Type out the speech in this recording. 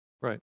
Right